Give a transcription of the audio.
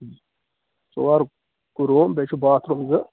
ژور روٗم بیٚیہِ چھِ باتھ روٗم زٕ